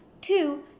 two